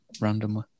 randomly